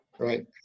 right